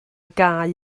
gau